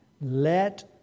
Let